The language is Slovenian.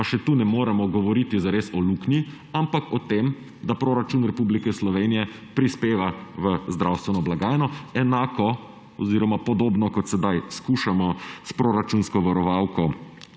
pa še tukaj ne moremo govoriti zares o luknji, ampak o tem, da proračun Republike Slovenije prispeva v zdravstveno blagajno enako oziroma podobno, kot sedaj skušamo s proračunsko varovalko